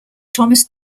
thomas